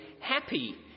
happy